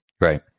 Right